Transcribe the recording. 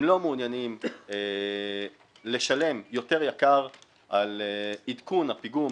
הם לא מעוניינים לשלם יותר יקר על עדכון הפיגום